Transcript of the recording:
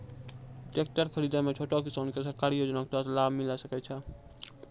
Tractor खरीदै मे छोटो किसान के सरकारी योजना के तहत लाभ मिलै सकै छै?